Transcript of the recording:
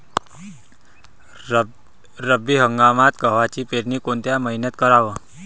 रब्बी हंगामात गव्हाची पेरनी कोनत्या मईन्यात कराव?